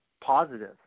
positive